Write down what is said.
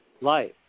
life